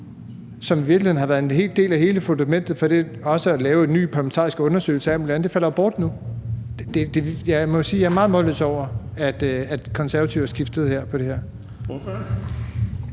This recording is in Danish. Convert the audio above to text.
som i virkeligheden har været en hel del af hele fundamentet for det også at lave en ny parlamentarisk undersøgelse og alt muligt andet, jo falde bort nu. Jeg må sige, at jeg er meget målløs over, at Konservative er skiftet på det her.